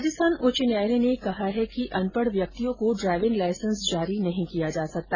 राजस्थान उच्च न्यायालय ने कहा है कि अनपढ व्यक्तियों को ड्राइविंग लाईसेंस जारी नहीं किया जा सकता